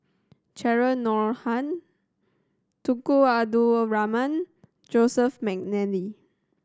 Cheryl Noronha Tunku Abdul Rahman Joseph McNally